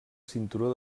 cinturó